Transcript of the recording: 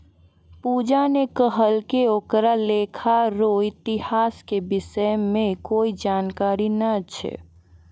पूजा ने कहलकै ओकरा लेखा रो इतिहास के विषय म कोई जानकारी नय छै